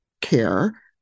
care